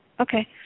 Okay